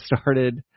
started